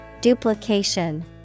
Duplication